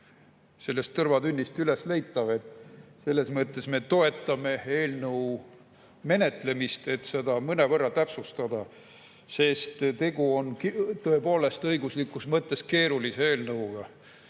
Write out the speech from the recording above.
sellest tõrvatünnist ülesleitav. Selles mõttes me toetame eelnõu menetlemist, et seda mõnevõrra täpsustada, sest tegu on tõepoolest õiguslikus mõttes keerulise eelnõuga.